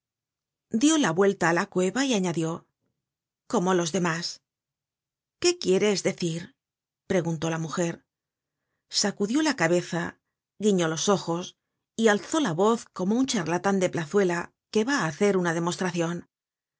dió la vuelta á la cueva y añadió como los demás qué quieres decir preguntó la mujer sacudió la cabeza guiñó los ojos y alzó la voz como un charlatan de plazuela que va á hacer una demostracion